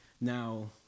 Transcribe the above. Now